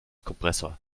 kompressor